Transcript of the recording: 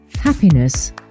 happiness